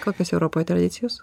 kokios europoj tradicijos